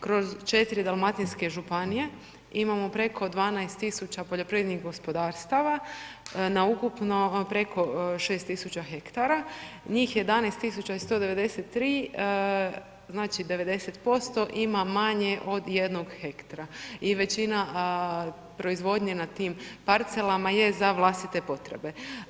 Kroz 4 dalmatinske županije imamo preko 12000 poljoprivrednih gospodarstava na ukupno, preko 6000 hektara, njih 11 i 193, znači, 90% ima manje od jednog hektra i većina proizvodnje na tim parcelama je za vlastite potrebe.